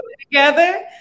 together